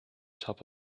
top